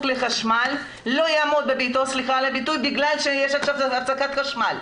לחשמל לא ימות בביתו בגלל שיש עכשיו הפסקת חשמל.